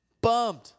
Bummed